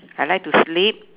I like to sleep